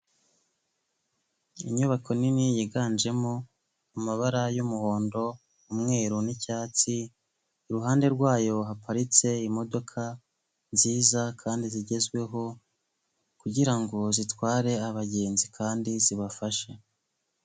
Inyubako nini yiganjemo amabara y'umuhondo, umweru n'icyatsi iruhande rwayo haparitse imodoka nziza kandi zigezweho kugira ngo zitware abagenzi kandi zibafashe.